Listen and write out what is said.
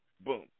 boom